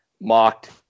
mocked